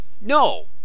No